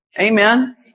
Amen